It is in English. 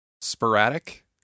Sporadic